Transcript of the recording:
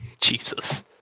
Jesus